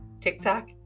TikTok